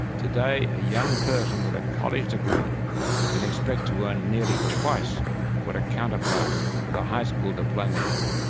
today, a young person with a college degree can expect to earn nearly twice what a counterpart with a high school diploma will.